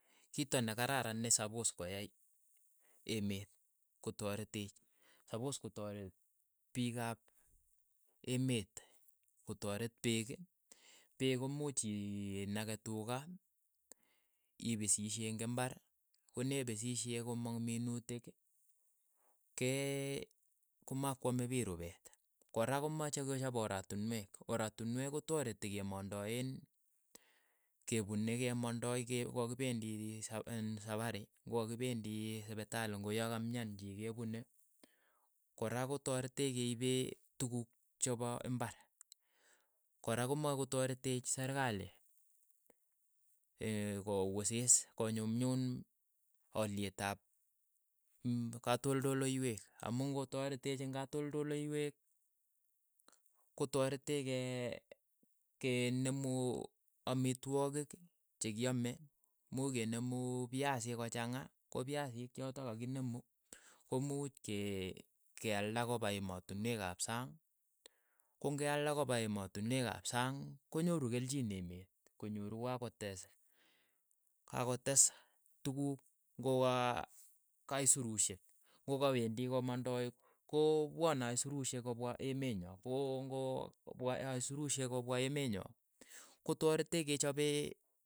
Kito ne kararan ne sapos ko yai emeet ko tareteech, sapos ko tareet piik ap emet kotaret pek, peek imuuch inake tuka, ipisishei ing imbar, ko ne pisishei ko mong minuutik, ke komakwame piich rupeet, ko ra komache ko chap oratinwek, oraninwek kotareti kemondoeen kepune kemandoi ke ko kakipendi sap iin sapari ng'o kakipendi sipitali ng'o ya kaimyaan chi kepune kora kotareteech keipee tukuuk chepo imbar, kora komakotareteech serikali kowisiis ko nyumnyum alyeet ap mm katoldoloyweek, amu ng'o tareteech eng katoldoloyweek ko tareteech ke- ke nemu amitwogiik che kiaame, much kenemu piasiik kochang'a, ko piasiik chotok ka ki nemu, ko muuch ke kealda kopa emootinwek ap sang, ko ng'e alda kopa emotinwek ap sang, ko nyoru kelchin emet, ko nyoru ak ko tes, ka kotes tukuuk ng'o aa kaisurushiek, ng'o kawendi ko mandai ko kopwani aisurushiek kopwa emet nyo, ko ng'o kopwa aisurushiek kopwa emee nyo, ko tareteech ke chopee.